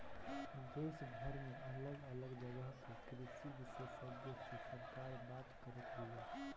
देशभर में अलग अलग जगह के कृषि विशेषग्य से सरकार बात करत बिया